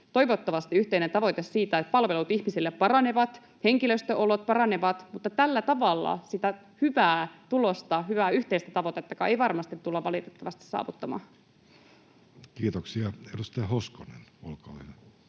toivottavasti — yhteinen tavoite siitä, että palvelut ihmisille paranevat ja henkilöstön olot paranevat, mutta tällä tavalla sitä hyvää tulosta ja hyvää yhteistä tavoitettakaan ei varmasti tulla valitettavasti saavuttamaan. [Speech 112] Speaker: